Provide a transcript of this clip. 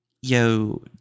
yo